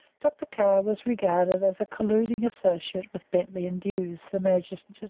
dr. carr was regarded as a colluding associate with bentley and dewes, the magistrate,